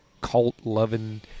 cult-loving